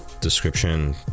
description